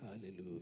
Hallelujah